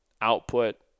output